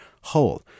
whole